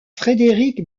frédéric